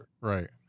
Right